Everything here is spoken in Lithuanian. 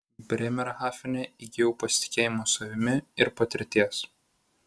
brėmerhafene įgijau pasitikėjimo savimi ir patirties